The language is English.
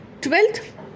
Twelfth